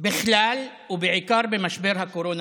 בכלל ובמשבר הקורונה